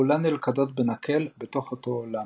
כולן נלכדות בנקל בתוך אותו עולם.